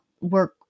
work